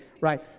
Right